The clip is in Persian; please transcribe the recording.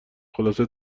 خلاصه